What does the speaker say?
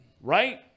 right